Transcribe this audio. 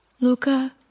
Luca